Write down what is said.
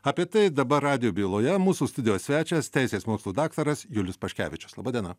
apie tai dabar radijo byloje mūsų studijos svečias teisės mokslų daktaras julius paškevičius laba diena